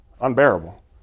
unbearable